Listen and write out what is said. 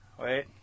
Wait